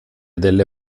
delle